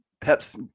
Pep's